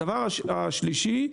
דבר שלישי: